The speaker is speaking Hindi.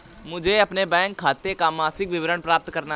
मुझे अपने बैंक खाते का मासिक विवरण प्राप्त करना है?